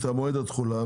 את מועד התחולה,